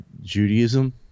Judaism